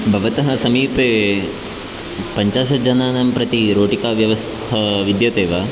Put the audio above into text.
भवतः समीपे पञ्चाशज्जानानां प्रति रोटिकाव्यवस्था विद्यते वा